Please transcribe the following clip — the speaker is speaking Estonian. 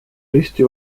risti